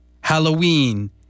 Halloween